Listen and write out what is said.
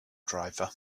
driver